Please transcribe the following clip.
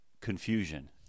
confusion